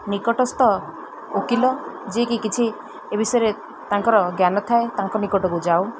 ନିକଟସ୍ଥ ଓକିଲ ଯିଏକି କିଛି ଏ ବିଷୟରେ ତାଙ୍କର ଜ୍ଞାନ ଥାଏ ତାଙ୍କ ନିକଟକୁ ଯାଉ